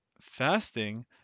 fasting